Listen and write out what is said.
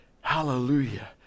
hallelujah